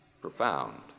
Profound